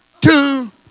two